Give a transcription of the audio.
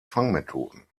fangmethoden